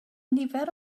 nifer